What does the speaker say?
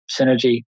synergy